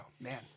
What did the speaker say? man